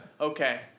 Okay